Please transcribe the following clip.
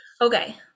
okay